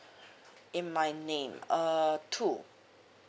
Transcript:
in my name err two